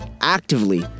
actively